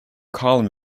column